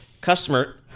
customer